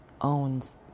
owns